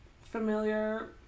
familiar